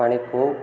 ପାଣିକୁ